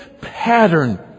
pattern